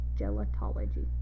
gelatology